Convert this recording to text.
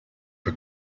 for